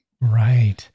Right